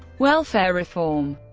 welfare reform